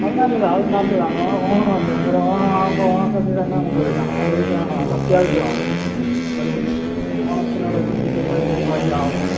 അത് നല്ലതാണ് അത് നല്ലതാണ് ആണ് ഓണാവല്ലേ അന്നേരം ഓണമാവുമ്പം ഓണ സദ്യ തന്നെ നമുക്ക് ഒരുക്കണം അത് വേണം അത് അത്യാവശ്യമാണ് ഒരു ഓണത്തോടനുബന്ധിച്ചുള്ള ഒരു പരിപാടിയാവുമ്പം